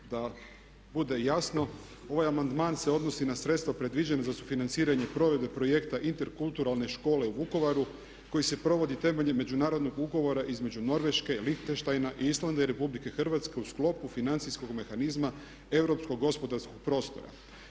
Da bude jasno ovaj amandman se odnosi na sredstva predviđena za sufinanciranje provedbe projekta interkulturalne škole u Vukovaru koji se provodi temeljem međunarodnog ugovora između Norveške, Lihtenštajna, Islanda i Republike Hrvatske u sklopu financijskog mehanizma europskog gospodarskog prostora.